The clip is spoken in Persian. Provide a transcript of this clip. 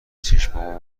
چشمام